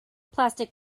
plastic